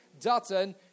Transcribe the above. Dutton